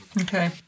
okay